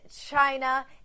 China